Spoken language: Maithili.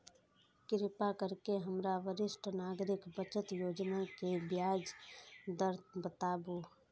कृपा करके हमरा वरिष्ठ नागरिक बचत योजना के ब्याज दर बताबू